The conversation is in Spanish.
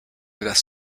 las